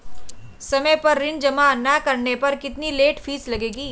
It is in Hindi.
समय पर ऋण जमा न करने पर कितनी लेट फीस लगेगी?